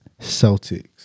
Celtics